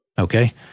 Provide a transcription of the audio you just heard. Okay